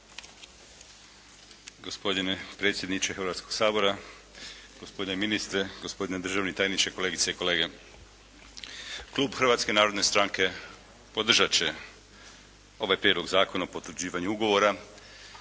Gospodine predsjedniče Hrvatskoga sabora, gospodine ministre, gospodine državni tajniče, kolegice i kolege. Klub Hrvatske narodne stranke podržat će ovaj Prijedlog zakona o potvrđivanju ugovora,